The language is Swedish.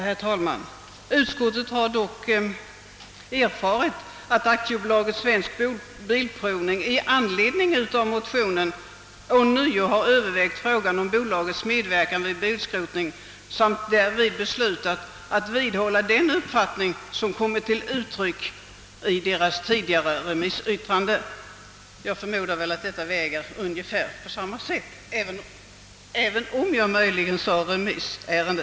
Herr talman! Utskottet har dock er "farit att AB Svensk bilprovning i anledning av motionen ånyo har övervägt frågan om bolagets medverkan vid bilskrotning samt därvid beslutat vidhålla den uppfattning som kommit till uttryck i bolagets tidigare remissyttrande. Jag förmodar att detta uttalande är likvärdigt med ett nytt remissyttrande.